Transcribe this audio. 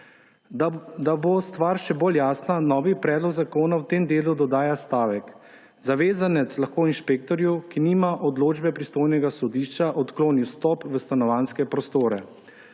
Da bo stvar še bolj jasna, novi predlog zakona v tem delu dodaja stavek: »Zavezanec lahko inšpektorju, ki nima odločbe pristojnega sodišča, odkloni vstop v stanovanjske prostore.«